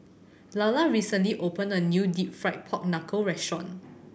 Lalla recently opened a new Deep Fried Pork Knuckle restaurant